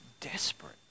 desperate